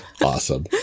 awesome